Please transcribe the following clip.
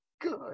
good